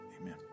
amen